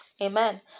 Amen